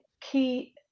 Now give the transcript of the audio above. key